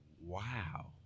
Wow